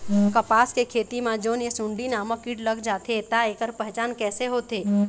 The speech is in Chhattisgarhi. कपास के खेती मा जोन ये सुंडी नामक कीट लग जाथे ता ऐकर पहचान कैसे होथे?